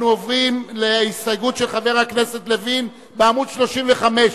אנחנו עוברים להסתייגות של חבר הכנסת לוין בעמוד 35,